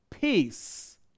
peace